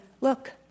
look